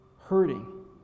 hurting